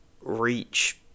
reach